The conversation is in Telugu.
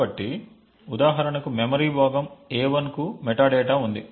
కాబట్టి ఉదాహరణకు మెమరీ భాగం a1 కు మెటాడేటా ఉంది